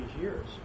years